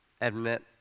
admit